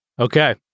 Okay